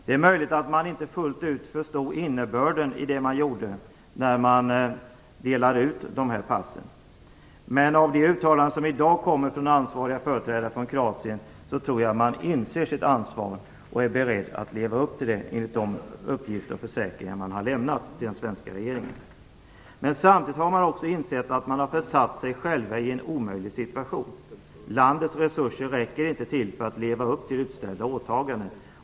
Det är möjligt att man då inte fullt ut förstod innebörden i det man gjorde när man delade ut passen. Men av de uttalanden som i dag kommer från ansvariga företrädare från Kroatien tror jag att man inser sitt ansvar och är beredd att leva upp till det, enligt de uppgifter och försäkringar man har lämnat till den svenska regeringen. Men man har samtidigt också insett att man har försatt sig själv i en omöjlig situation. Landets resurser räcker inte till för att leva upp till utställda åtaganden.